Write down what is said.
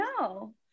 No